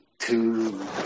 Two